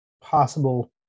possible